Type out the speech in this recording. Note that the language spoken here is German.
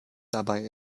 dabei